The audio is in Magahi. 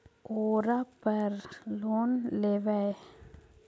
ओरापर लोन लेवै?